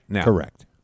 Correct